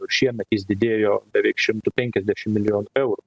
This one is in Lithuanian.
šiemet jis didėjo beveik šimtu penkiasdešim milijonų eurų